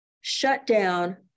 shutdown